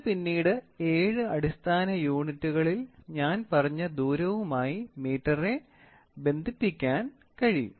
ഇത് പിന്നീട് ഏഴ് അടിസ്ഥാന യൂണിറ്റുകളിൽ ഞാൻ പറഞ്ഞ ദൂരവുമായി മീറ്റനെ ബന്ധിപ്പിക്കാൻ കഴിയും